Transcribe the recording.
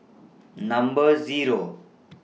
Number Zero